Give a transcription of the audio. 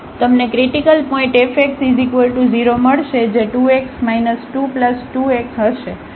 તેથી તમને critical point fx 0 મળશે જે 2 x 2 2 x હશે